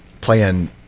playing